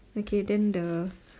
okay then the